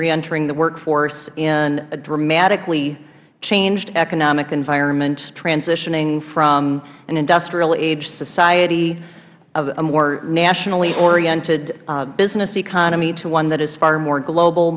reentering the workforce in a dramatically changed economic environment transitioning from an industrial aged society of a more nationally oriented business economy to one that is far more global